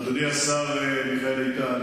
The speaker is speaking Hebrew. אדוני השר מיכאל איתן,